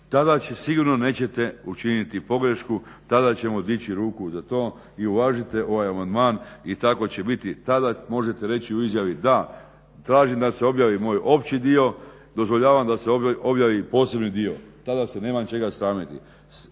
Tada će sigurno nećete učiniti pogrešku, tada ćemo dići ruku za to, i uvažite ovaj amandman i tako će biti i tada možete reći u izjavi da se traži da se objavi moj opći dio, dozvoljavam da se objavi i posebni dio. Tada se nemam čega sramiti.